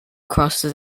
crosses